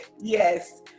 yes